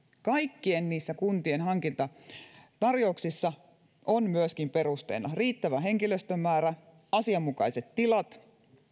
kaikissa niissä kuntien hankintatarjouksissa ovat myöskin perusteina riittävä henkilöstön määrä asianmukaiset tilat